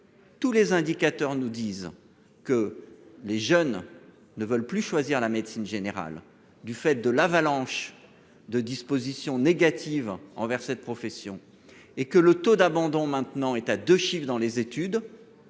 Tous les indicateurs nous disent que les jeunes ne veulent plus choisir la médecine générale du fait de l'avalanche de dispositions négatives envers cette profession et que le taux d'abandon maintenant est à 2 chiffres dans les études.